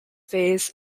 phase